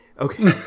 Okay